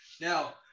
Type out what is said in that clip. Now